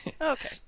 Okay